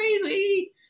crazy